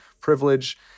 privilege